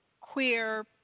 queer